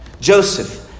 Joseph